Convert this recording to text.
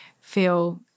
feel